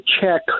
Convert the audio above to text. check